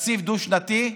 תקציב דו-שנתי,